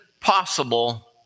possible